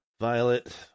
Violet